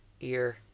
ear